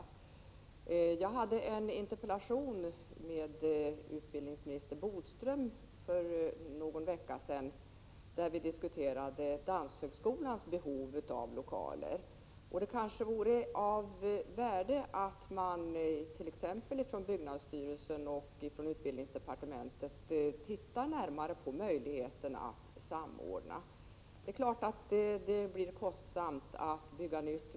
För någon vecka sedan hade jag en interpellationsdebatt med utbildningsminister Bodström där vi diskuterade Danshögskolans behov av lokaler. Det vore kanske av värde att t.ex. byggnadsstyrelsen och utbildningsdeparte = Prot. 1987/88:43 mentet tittade närmare på möjligheten att samordna. Det är klart att det blir 11 december 1987 kostsamt att bygga nytt.